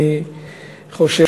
אני חושב,